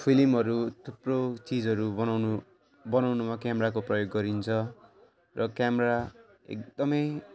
फिल्महरू थुप्रो चिजहरू बनाउनु बनाउनुमा क्यामेराको प्रयोग गरिन्छ र क्यामेरा एकदमै